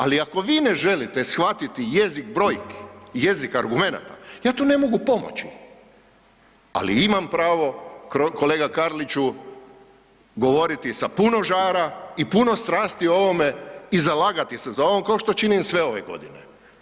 Ali ako vi ne želite shvatiti jezik brojki i jezik argumenata ja tu ne mogu pomoći, ali imam pravo kolega Karliću govoriti sa puno žara i puno strasti o ovome i zalagati se za ovo košto činim sve ove godine.